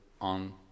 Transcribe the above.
on